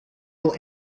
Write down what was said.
will